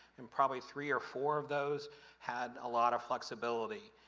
and probably three or four of those had a lot of flexibility.